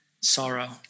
sorrow